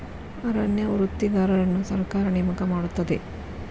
ಅರಣ್ಯ ವೃತ್ತಿಗಾರರನ್ನು ಸರ್ಕಾರ ನೇಮಕ ಮಾಡುತ್ತದೆ